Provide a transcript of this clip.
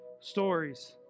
stories